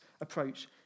approach